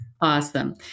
Awesome